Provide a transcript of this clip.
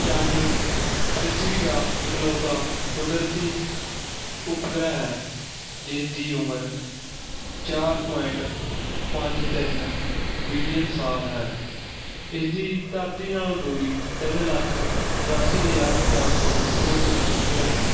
ਚੰਨ ਪ੍ਰਿਥਵੀ ਦਾ ਇਕਲੌਤਾ ਕੁਦਰਤੀ ਉਪਗ੍ਰਹਿ ਹੈ ਜਿਸ ਦੀ ਉਮਰ ਚਾਰ ਪੁਆਇੰਟ ਪੰਜ ਤਿੰਨ ਬਿਲੀਅਨ ਸਾਲ ਹੈ ਇਸਦੀ ਧਰਤੀ ਨਾਲੋਂ ਦੂਰੀ ਤਿੰਨ ਲੱਖ ਚੁਰਾਸੀ ਹਜ਼ਾਰ ਚਾਰ ਸੌ ਕਿਲੋਮੀਟਰ ਸਕੇਅਰ ਹੈ